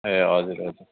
ए हजुर हजुर